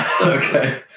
Okay